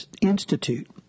institute